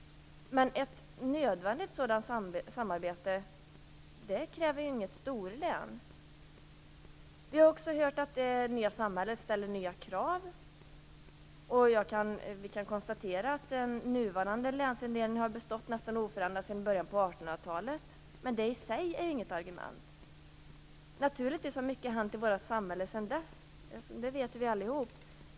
Men ett sådant samarbete kräver inte ett storlän. Vi har också hört att det nya samhället ställer nya krav. Vi kan konstatera att den nuvarande länsindelningen har bestått nästan oförändrad sedan början av 1800-talet. Men det är i sig inget argument. Naturligtvis har mycket hänt i vårt samhälle sedan dess. Det vet vi alla.